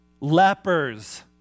lepers